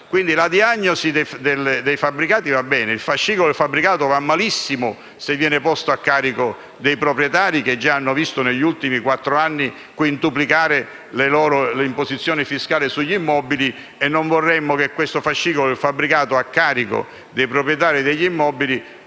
Quindi la diagnosi dei fabbricati va bene ma il fascicolo del fabbricato va malissimo se viene posto a carico dei proprietari che già hanno visto negli ultimi quattro anni quintuplicare le imposizioni fiscali sugli immobili. Non vorremmo che questo fascicolo del fabbricato a carico dei proprietari degli immobili